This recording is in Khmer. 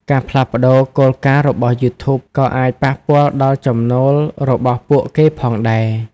ការផ្លាស់ប្តូរគោលការណ៍របស់ YouTube ក៏អាចប៉ះពាល់ដល់ចំណូលរបស់ពួកគេផងដែរ។